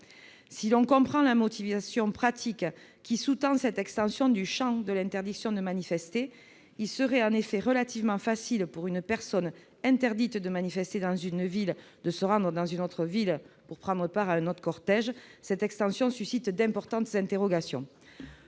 Si l'on comprend la motivation pratique qui sous-tend cette extension du champ de l'interdiction de manifester- il serait en effet relativement facile, pour une personne interdite de manifester dans une ville, de se rendre dans une autre ville pour prendre part à un autre cortège -, une telle mesure suscite d'importantes interrogations.